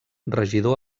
regidor